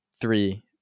three